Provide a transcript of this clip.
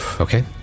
Okay